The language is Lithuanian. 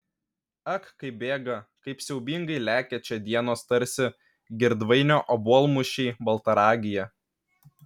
ak kaip bėga kaip siaubingai lekia čia dienos tarsi girdvainio obuolmušiai baltaragyje